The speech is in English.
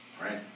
right